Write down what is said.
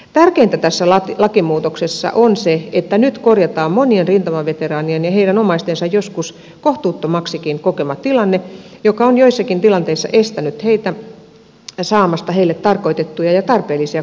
tärkeintä tässä lakimuutoksessa on se että nyt korjataan monien rintamaveteraanien ja heidän omaistensa joskus kohtuuttomaksikin kokema tilanne joka on joissakin tilanteissa estänyt heitä saamasta heille tarkoitettuja ja tarpeellisia kuntoutuspalveluja